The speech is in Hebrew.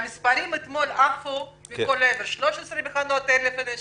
אתה זוכר שהמספרים אתמול עפו מכל עבר: 13,000 מכונות הנשמה,